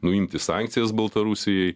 nuimti sankcijas baltarusijai